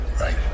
Right